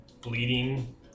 bleeding